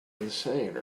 insane